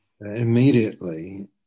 immediately